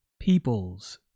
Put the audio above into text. peoples